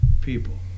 people